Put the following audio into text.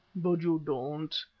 but you don't!